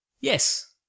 Yes